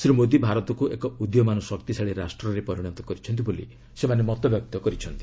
ଶ୍ରୀ ମୋଦି ଭାରତକୁ ଏକ ଉଦୀୟମାନ ଶକ୍ତିଶାଳୀ ରାଷ୍ଟ୍ରରେ ପରିଣତ କରିଛନ୍ତି ବୋଲି ସେମାନେ ମତବ୍ୟକ୍ତ କରିଛନ୍ତି